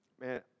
Man